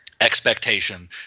expectation